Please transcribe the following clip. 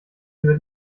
über